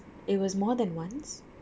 it was more than once